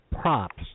props